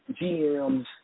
GMs